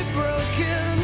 broken